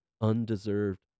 undeserved